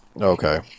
Okay